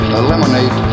eliminate